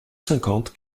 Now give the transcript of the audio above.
cinquante